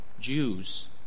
Jews